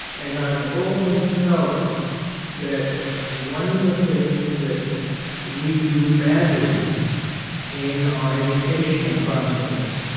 and i've always felt that one of the things that we do badly in our educational process,